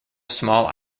small